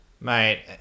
Mate